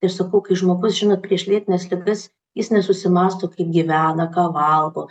ir sakau kai žmogus žinot prieš lėtines ligas jis nesusimąsto kaip gyvena ką valgo